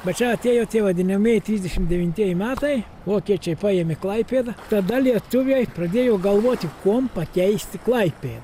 bet čia atėjo tie vadinamieji trisdešim devintieji metai vokiečiai paėmė klaipėdą tada lietuviai pradėjo galvoti kuom pakeisti klaipė